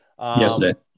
Yesterday